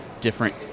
different